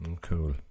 Cool